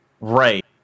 right